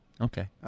Okay